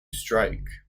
strike